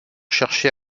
chercher